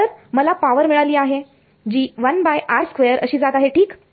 तर मला पावर मिळाली आहे जी अशी जात आहे ठीक